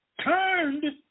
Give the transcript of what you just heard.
turned